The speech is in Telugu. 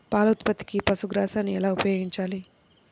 పాల ఉత్పత్తికి పశుగ్రాసాన్ని ఎలా ఉపయోగించాలి?